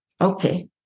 okay